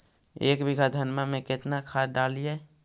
एक बीघा धन्मा में केतना खाद डालिए?